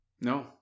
No